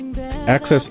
Access